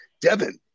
Devin